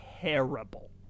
terrible